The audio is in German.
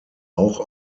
auch